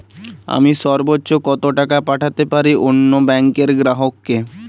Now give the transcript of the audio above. আমি সর্বোচ্চ কতো টাকা পাঠাতে পারি অন্য ব্যাংক র গ্রাহক কে?